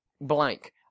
Blank